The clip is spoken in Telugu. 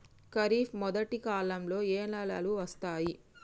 ఖరీఫ్ మొదటి కాలంలో ఏ నెలలు వస్తాయి?